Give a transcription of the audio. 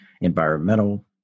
environmental